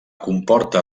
comporta